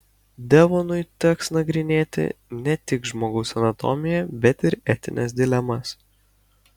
devonui teks nagrinėti ne tik žmogaus anatomiją bet ir etines dilemas